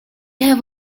have